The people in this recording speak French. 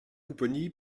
pupponi